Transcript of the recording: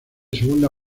segunda